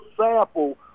sample